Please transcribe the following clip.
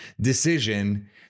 decision